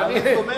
ואני,